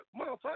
motherfucker